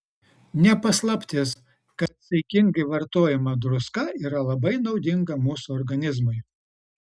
ne paslaptis kad saikingai vartojama druska yra labai naudinga mūsų organizmui